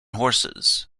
horses